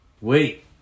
Wait